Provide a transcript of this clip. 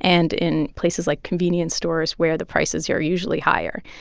and in places like convenience stores, where the prices yeah are usually higher.